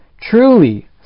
Truly